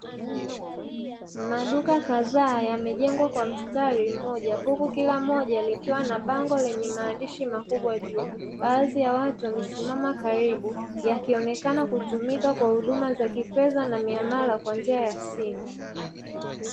Maduka kadhaa yamejengwa kwa mstari mmoja huku kila moja likiwa na bango lenye maandishi makubwa juu, baadhi ya watu wamesimama karibu. Yakionekana kutumika kwa huduma za kifedha na miamala kwa njia ya simu.